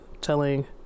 telling